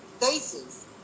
faces